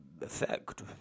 effect